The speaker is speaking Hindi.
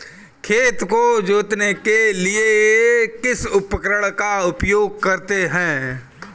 खेत को जोतने के लिए किस उपकरण का उपयोग करते हैं?